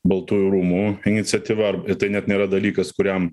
baltųjų rūmų iniciatyva ar tai net nėra dalykas kuriam